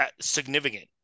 significant